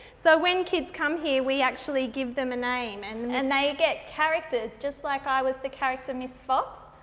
so, when kids come here we actually give them a name. and and they get characters just like i was the character, miss fox.